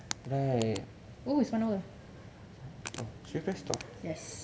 oo it's one hour